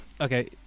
Okay